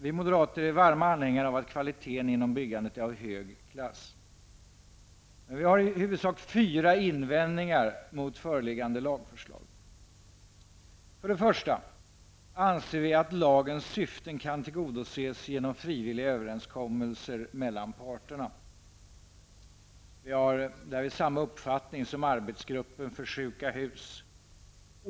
Vi moderater är varma anhängare av att kvaliteten inom byggandet är av hög klass. Vi har i huvudsak fyra invändningar mot föreliggande lagförslag. För det första anser vi att lagens syften kan tillgodoses genom frivilliga överenskommelser mellan parterna. Vi har därvid samma uppfattning som arbetsgruppen för s.k. sjuka hus.